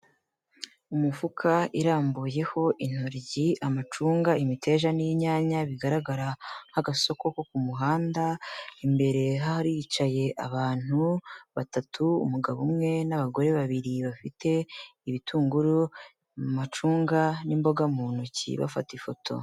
Umufuka irambuyeho intokiyi, amacunga, imiteja n'inyanya, bigaragara nk'agasoko ko ku muhanda, imbere hari hicaye abantu batatu umugabo umwe n'abagore babiri, bafite ibitunguru, amacunga n'imboga mu ntoki bafata ifoto.